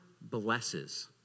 blesses